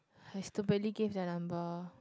I stupidly give their number